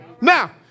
Now